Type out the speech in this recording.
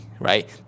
Right